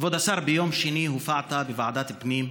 ביום שני הופעת בוועדת הפנים,